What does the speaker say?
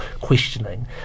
questioning